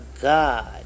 God